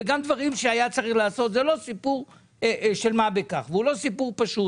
זה לא סיפור של מה בכך וזה לא סיפור פשוט.